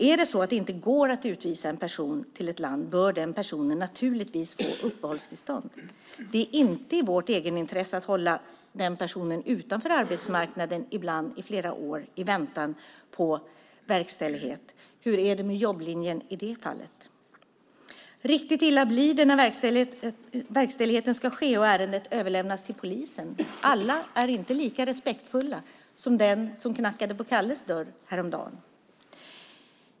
Är det så att det inte går att utvisa en person till ett land bör den personen naturligtvis få uppehållstillstånd. Det ligger inte i vårt egenintresse att hålla den personen utanför arbetsmarknaden, ibland i flera år, i väntan på verkställighet. Hur är det med jobblinjen i det fallet? Riktigt illa blir det när verkställigheten ska ske och ärendet överlämnas till polisen. Alla är inte lika respektfulla som de som knackade på Kalles dörr häromdagen.